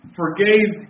forgave